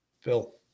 Phil